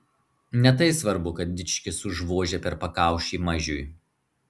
ne tai svarbu kad dičkis užvožia per pakaušį mažiui